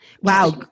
Wow